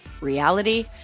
reality